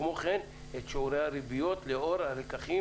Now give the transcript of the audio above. כמו כן את שיעורי הריביות לאור הלקחים